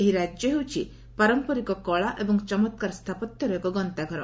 ଏହି ରାକ୍ୟ ହେଉଛି ପାରମ୍ପରିକ କଳା ଏବଂ ଚମଳାର ସ୍ରାପତ୍ୟର ଏକ ଗନ୍ତାଘର